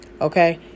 okay